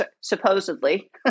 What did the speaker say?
supposedly